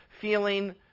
feeling